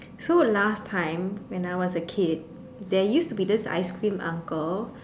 so last time when I was a kid there used to be this ice cream uncle